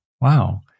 wow